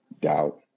doubt